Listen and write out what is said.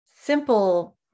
simple